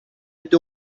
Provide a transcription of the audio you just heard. عده